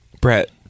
Brett